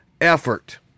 effort